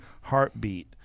heartbeat